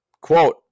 quote